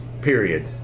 period